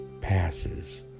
passes